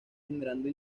generando